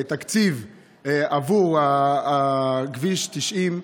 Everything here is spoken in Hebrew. תקציב עבור כביש 90,